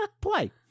play